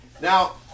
Now